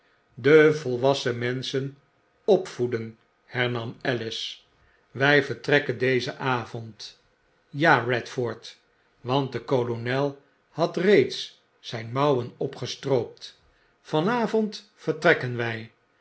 de volwassen menschen opvoeden hernam alice wy vertrekken dezen avond ja redforth want de kolonel had reeds zijn mouwen opgestroopt van avond vertrekken wy